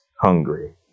hungry